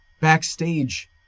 backstage